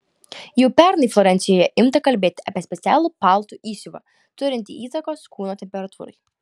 jau pernai florencijoje imta kalbėti apie specialų paltų įsiuvą turintį įtakos kūno temperatūrai